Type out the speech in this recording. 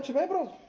norrebro?